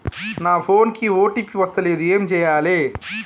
నా ఫోన్ కి ఓ.టీ.పి వస్తలేదు ఏం చేయాలే?